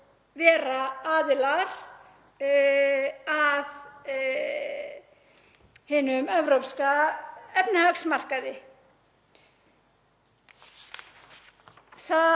vera aðilar að hinum evrópska efnahagsmarkaði.